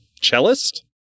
cellist